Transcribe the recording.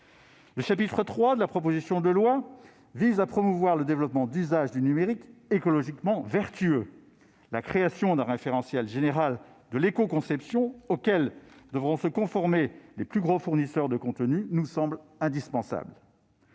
Le chapitre III de la proposition de loi vise à promouvoir le développement d'usages du numérique écologiquement vertueux. La création d'un référentiel général de l'écoconception, auquel devront se conformer les plus grands fournisseurs de contenus, nous semble indispensable.